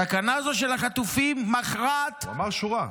"סכנה זו של החטופים מכרעת ---" הוא אמר שורה,